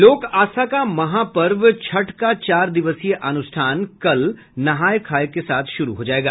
लोक आस्था का महापर्व छठ का चार दिवसीय अनुष्ठान कल नहाय खाय के साथ शुरू हो जायेगा